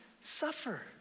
suffer